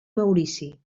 maurici